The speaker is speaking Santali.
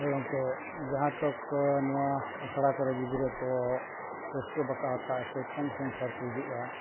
ᱦᱳᱭ ᱜᱚᱢᱠᱮ ᱡᱟᱦᱟᱸ ᱛᱚᱠ ᱱᱚᱣᱟ ᱟᱥᱲᱟ ᱠᱚᱨᱮᱜ ᱜᱤᱫᱽᱨᱟᱹ ᱠᱚ ᱨᱟᱹᱠᱟ ᱵᱟᱠᱚ ᱦᱟᱛᱟᱣᱮᱫᱼᱟ ᱥᱮ ᱠᱚᱢ ᱥᱚᱝᱠᱷᱟᱨᱮ ᱠᱚ ᱦᱤᱡᱩᱜᱼᱟ